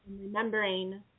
remembering